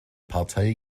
partei